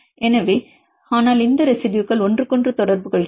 எனவே ஆனால் இந்த ரெசிடுயுகள் ஒன்றுக்கொன்று தொடர்புகொள்கின்றன